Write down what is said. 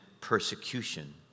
persecution